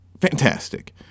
fantastic